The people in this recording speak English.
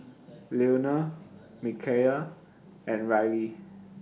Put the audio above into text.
Leonel Micayla and Riley